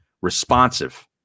responsive